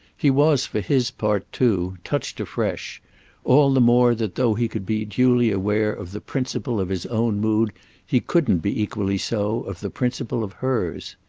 he was, for his part too, touched afresh all the more that though he could be duly aware of the principle of his own mood he couldn't be equally so of the principle of hers.